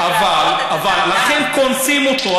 לכן קונסים אותו,